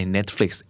Netflix